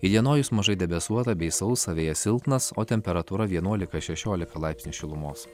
įdienojus mažai debesuota bei sausa vėjas silpnas o temperatūra vienuolika šešiolika laipsnių šilumos